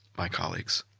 my colleagues.